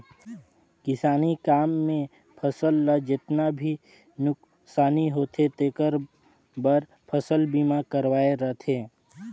किसानी काम मे फसल ल जेतना भी नुकसानी होथे तेखर बर फसल बीमा करवाये रथें